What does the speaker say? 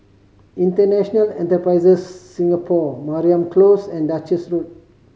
International Enterprise Singapore Mariam Close and Duchess Road